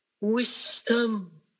wisdom